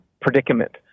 predicament